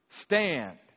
Stand